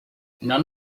none